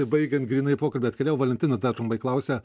baigiant grynai pokalbį atkeliavo valentina dar trumpai klausia